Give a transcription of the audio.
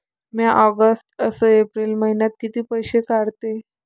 म्या ऑगस्ट अस एप्रिल मइन्यात कितीक पैसे काढले?